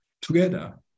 together